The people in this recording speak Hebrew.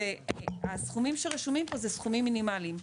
הסכומים שרשומים פה זה סכומים מינימליים.